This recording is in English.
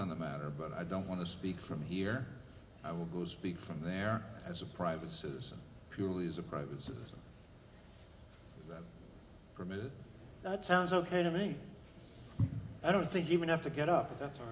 on the matter but i don't want to speak from here i will go speak from there as a private citizen purely as a private citizen permit that sounds ok to me i don't think even have to get up that's